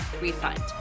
refund